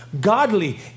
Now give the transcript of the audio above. Godly